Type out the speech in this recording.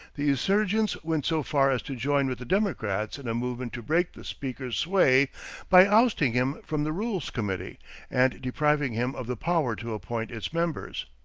the insurgents went so far as to join with the democrats in a movement to break the speaker's sway by ousting him from the rules committee and depriving him of the power to appoint its members.